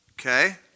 Okay